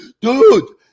dude